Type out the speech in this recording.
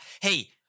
Hey